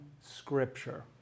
scripture